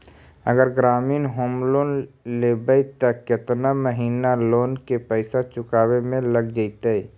अगर ग्रामीण home loan लेबै त केतना महिना लोन के पैसा चुकावे में लग जैतै?